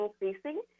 increasing